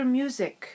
music